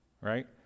Right